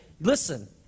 Listen